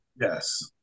Yes